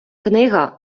книга